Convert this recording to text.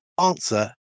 answer